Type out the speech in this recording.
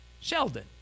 Sheldon